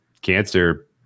cancer